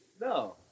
No